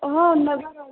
ହଁ ନେବାର ଅଛି